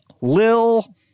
Lil